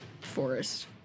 forest